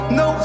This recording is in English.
no